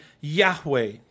Yahweh